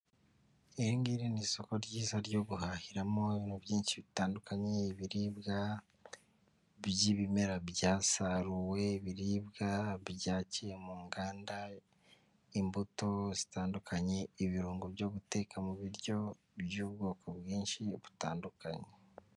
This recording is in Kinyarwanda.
Iri ngiri ni isoko ryiza ryo guhahiramo ibintu byinshi bitandukanye, ibiribwa by'ibimera byasaruwe, ibiribwa byaciye mu nganda, imbuto zitandukanye, ibirungo byo guteka mu biryo by'ubwoko bwinshi butandukanye.